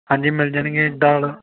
ਹਾਂਜੀ ਮਿਲ ਜਾਣਗੀਆਂ ਦਾਲ